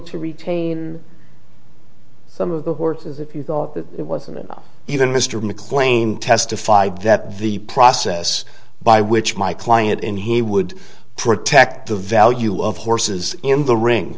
to retain some of the horses if you thought that it wasn't even mr mclean testified that the process by which my client in he would protect the value of horses in the ring